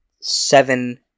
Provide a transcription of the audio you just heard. seven